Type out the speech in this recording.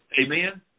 Amen